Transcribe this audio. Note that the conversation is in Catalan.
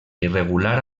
irregular